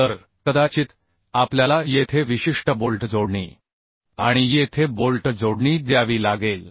तर कदाचित आपल्याला येथे विशिष्ट बोल्ट जोडणी आणि बोल्ट जोडणी द्यावी लागेल